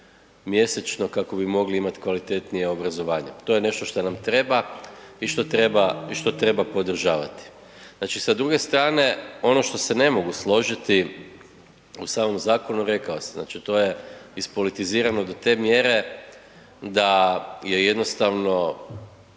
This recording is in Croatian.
mjesečno kako bi mogli imati kvalitetnije obrazovanje. To je nešto što nam treba i što treba podržavati. Znači sa druge strane ono što se ne mogu složiti u samom zakonu rekao sam, znači to je ispolitizirano do te mjere da je jednostavno